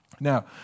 Now